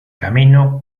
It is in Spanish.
camino